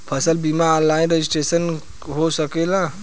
फसल बिमा online registration हो सकेला?